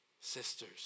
sisters